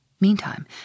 Meantime